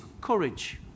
courage